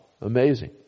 Amazing